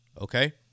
okay